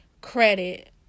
credit